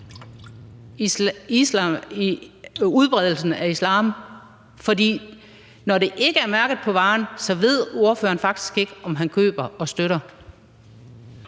udbredelsen af islam? For når det ikke er mærket på varen, ved ordføreren faktisk ikke, om han køber det og støtter